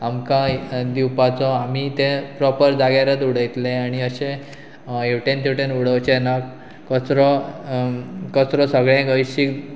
आमकां दिवपाचो आमी तें प्रोपर जाग्यारत उडयतले आनी अशें हेवटेन तेवटेन उडोवचे ना कचरो कचरो सगळें हळशीक